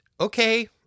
okay